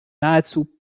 nahezu